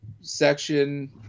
section